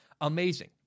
amazing